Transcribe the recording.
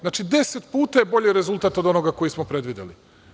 Znači, 10 puta je bolji rezultat od onog koji smo predvideli.